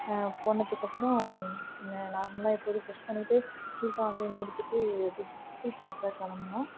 போனத்துக்கப்புறம் நார்மலாக எப்போதும் ப்ரெஷ் பண்ணிட்டு டீ காஃபியை முடிச்சுட்டு சுற்றிப் பார்க்க கிளம்புனோம்